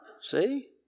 See